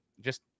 just-